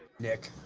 nick.